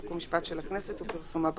חוק ומשפט של הכנסת ופרסומה ברשומות".